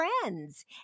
friends